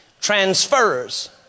Transfers